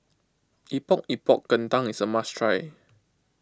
Epok Epok Kentang is a must try